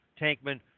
Tankman